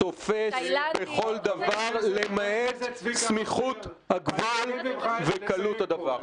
הוא תופס לכל דבר, למעט סמיכות הגבול וקלות הדבר.